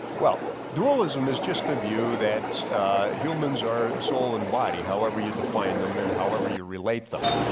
well, dualism is just the view that humans are a soul and body, however you define them and however you relate them.